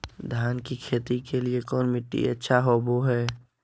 धान की खेती के लिए कौन मिट्टी अच्छा होबो है?